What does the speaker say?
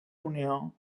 unió